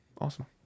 awesome